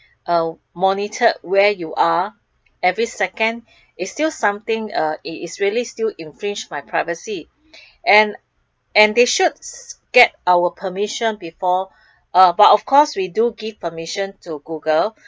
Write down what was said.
uh monitored where you are every second it's still something uh it is really still infringe my privacy and and they should get our permission before but of course we do give permission to google